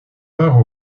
part